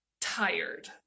tired